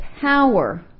power